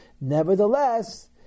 nevertheless